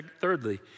thirdly